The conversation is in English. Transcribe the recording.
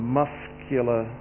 muscular